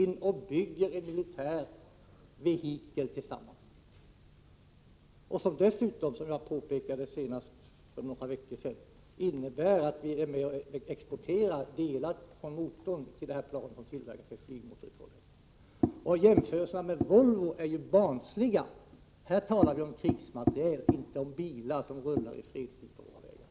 Som jag påpekade senast för några veckor sedan innebär projektet dessutom att vi exporterar delar av motorn till planet, som tillverkas av Volvo Flygmotor i Trollhättan. Jämförelsen med Volvobilarna är barnslig — här talar vi om krigsmateriel, inte om bilar som rullar i fredstid på våra vägar.